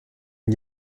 n’y